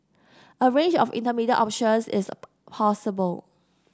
a range of intermediate options is possible